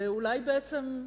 ואולי בעצם,